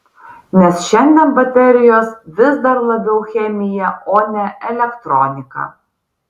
nes šiandien baterijos vis dar labiau chemija o ne elektronika